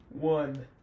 One